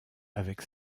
avec